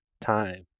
time